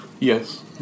Yes